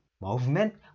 Movement